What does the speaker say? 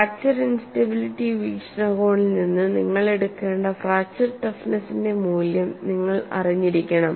fracture instability വീക്ഷണകോണിൽ നിന്ന് നിങ്ങൾ എടുക്കേണ്ട ഫ്രാക്ച്ചർ ടഫ്നെസിന്റെ മൂല്യം നിങ്ങൾ അറിഞ്ഞിരിക്കണം